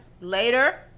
later